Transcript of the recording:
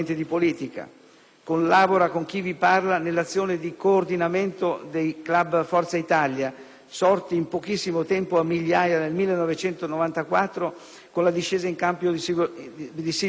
Collabora con chi vi parla nell'azione di coordinamento dei club Forza Italia, sorti in pochissimo tempo a migliaia nel 1994 con la discesa in campo di Silvio Berlusconi.